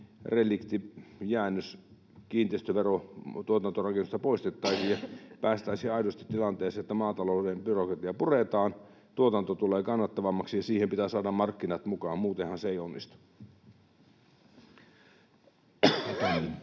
relikti, jäännös, kiinteistövero tuotantorakennuksista, poistettaisiin ja päästäisiin aidosti siihen tilanteeseen, että maatalouden byrokratia puretaan, tuotanto tulee kannattavammaksi. Ja siihen pitää saada markkinat mukaan, muutenhan se ei onnistu.